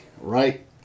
Right